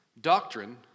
Doctrine